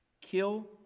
Kill